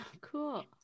Cool